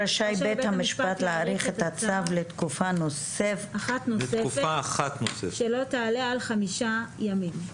רשאי בית המשפט להאריך את הצו לתקופה אחת נוספת שלא תעלה על חמישה ימים.